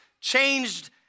changed